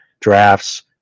drafts